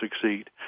succeed